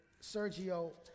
Sergio